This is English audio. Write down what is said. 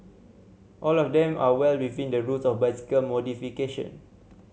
all of them are well within the rules of bicycle modification